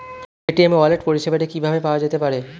Paytm e wallet পরিষেবাটি কিভাবে পাওয়া যেতে পারে?